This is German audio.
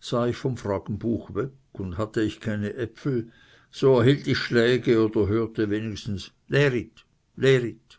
sah ich vom fragenbuch weg und hatte ich keine äpfel so erhielt ich schläge oder hörte wenigstens lerit lerit